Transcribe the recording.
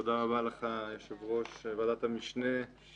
תודה רבה לך, יושב-ראש ועדת המשנה.